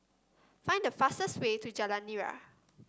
find the fastest way to Jalan Nira